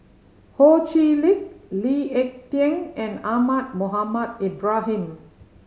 Ho Chee Lick Lee Ek Tieng and Ahmad Mohamed Ibrahim